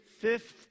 fifth